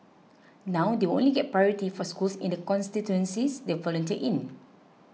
now they will only get priority for schools in the constituencies they volunteer in